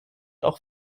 auch